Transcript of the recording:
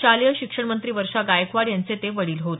शालेय शिक्षण मंत्री वर्षा गायकवाड यांचे ते वडील होत